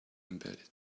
embedded